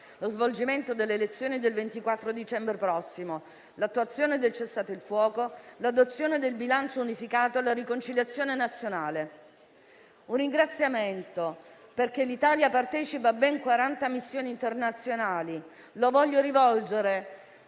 lo svolgimento delle elezioni del 24 dicembre prossimo, l'attuazione del cessate il fuoco, l'adozione del bilancio unificato, la riconciliazione nazionale. Infine, dal momento che l'Italia partecipa a ben 40 missioni internazionali, voglio rivolgere